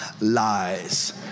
lies